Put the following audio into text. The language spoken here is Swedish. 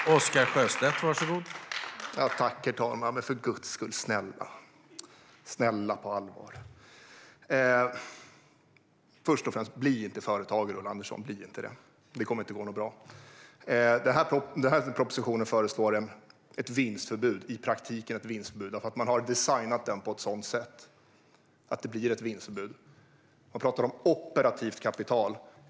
Herr talman! Men snälla, Ulla Andersson, för guds skull! Först och främst: Bli inte företagare, Ulla Andersson. Det kommer inte att gå bra. Propositionen föreslår i praktiken ett vinstförbud, för det är designat på ett sådant sätt. Det talas om operativt kapital.